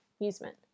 amusement